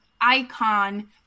icon